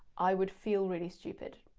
i would feel really stupid,